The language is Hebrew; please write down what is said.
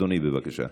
אדוני, בבקשה.